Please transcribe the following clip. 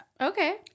Okay